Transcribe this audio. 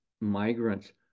migrants